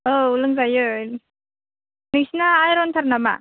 औ लोंजायो नोंसोरनि आयनथार नामा